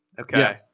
Okay